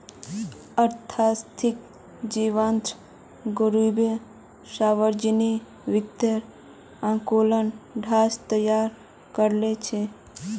अर्थशास्त्री Jonathan Gruber सावर्जनिक वित्तेर आँकलनेर ढाँचा तैयार करील छेक